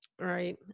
Right